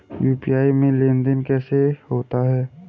UPI में लेनदेन कैसे होता है?